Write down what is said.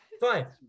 fine